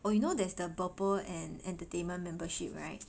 oh you know there's the Burple and entertainment membership right